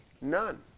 None